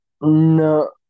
no